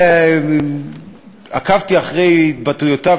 עקבתי אחרי ההתבטאויות,